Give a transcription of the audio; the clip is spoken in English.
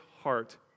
heart